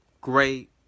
great